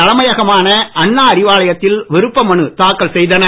தலைமையகமான அண்ணா அறிவாலயத்தில் விருப்ப மனு தாக்கல் செய்தனர்